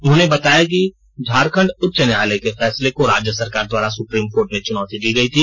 उन्होंने बताया कि झारखंड उच्च न्यायालय के फैसले को राज्य सरकार द्वारा सुप्रीम कोर्ट में चुनौती दी गयी थी